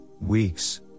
weeks